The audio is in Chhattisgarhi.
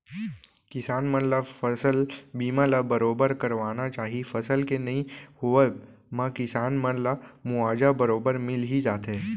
किसान मन ल फसल बीमा ल बरोबर करवाना चाही फसल के नइ होवब म किसान मन ला मुवाजा बरोबर मिल ही जाथे